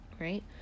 right